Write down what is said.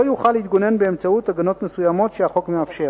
לא יוכל להתגונן באמצעות הגנות מסוימות שהחוק מאפשר.